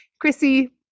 Chrissy